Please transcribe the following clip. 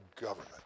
government